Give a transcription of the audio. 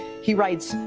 he writes,